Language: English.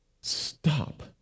stop